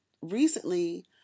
recently